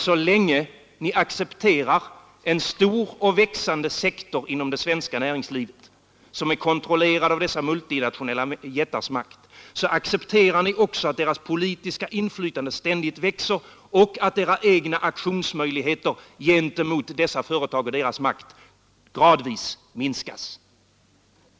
Så länge ni accepterar en stor och växande sektor inom det svenska näringslivet vilken är kontrollerad av dessa multinationella jättars makt, accepterar ni också att deras politiska inflytande ständigt växer och att era egna aktionsmöjligheter gentemot de företag och deras makt gradvis minskas.